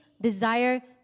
desire